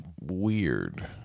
weird